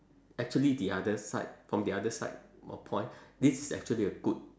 actually the other side from the other side of point this is actually a good